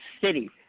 city